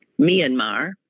Myanmar